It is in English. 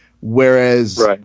whereas